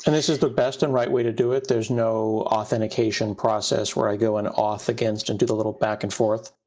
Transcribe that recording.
this is the best and right way to do it. there's no authentication process where i go and off against and do the little back and forth,